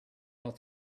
not